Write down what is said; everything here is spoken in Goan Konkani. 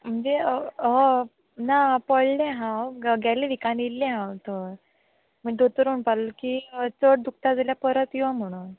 म्हणजे हय ना पडलें हांव गेल्ले विकान येल्ले हांव थंय मागीर दोतोर म्हणपा लागलो की चड दुखता जाल्यार परत यो म्हुणून